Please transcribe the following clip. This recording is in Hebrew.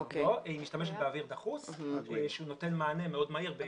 היא משתמשת באוויר דחוס שנותן מענה מאוד מהיר.